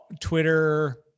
Twitter